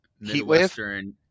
Midwestern